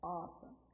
awesome